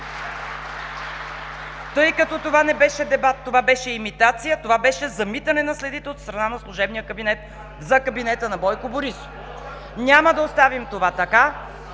тъй като това не беше дебат, това беше имитация, това беше замитане на следите от страна на служебния кабинет за кабинета на Бойко Борисов, няма да оставим това така